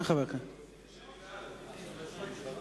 אני רוצה שתוסיף אותי בעד.